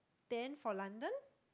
then for London